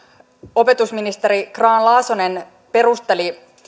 opetusministeri grahn laasonen perusteli